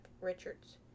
Richards